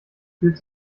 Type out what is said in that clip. fühlt